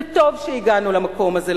וטוב שהגענו למקום הזה,